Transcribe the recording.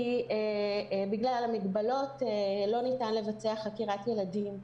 בגלל המגבלות לא ניתן לבצע חקירת ילדים.